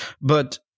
But-